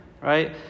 right